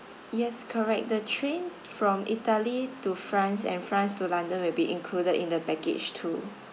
yes correct the train from italy to france and france to london will be included in the package too